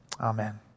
Amen